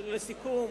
לסיכום,